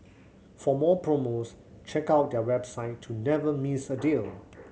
for more promos check out their website to never miss a deal